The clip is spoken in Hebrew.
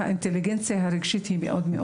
האינטליגנציה הרגשית היא מאוד מאוד